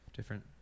Different